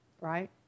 right